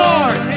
Lord